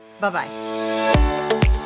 Bye-bye